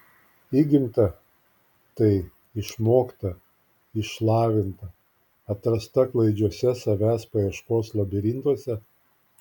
įgimta tai išmokta išlavinta atrasta klaidžiuose savęs paieškos labirintuose